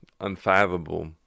unfathomable